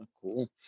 cool